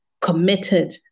committed